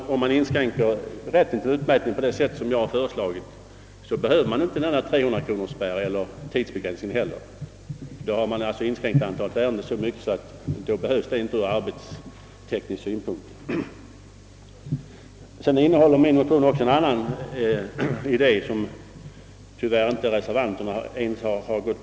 Om rätten till utmätning inskränkes på det sätt som jag har föreslagit, behövs alltså inte denna spärr vid 300 kronor och inte heller någon tidsbegränsning. Då har man nämligen inskränkt antalet ärenden så mycket att detta inte är erforderligt ur arbetsteknisk synpunkt. Min motion innehåller även en annan idé, som tyvärr inte ens reservanterna har biträtt.